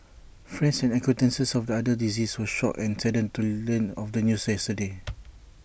friends and acquaintances of the other deceased were shocked and saddened to learn of the news yesterday